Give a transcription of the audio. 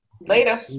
Later